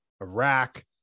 Iraq